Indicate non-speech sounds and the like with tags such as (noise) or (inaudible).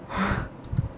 (breath)